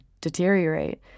deteriorate